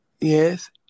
Yes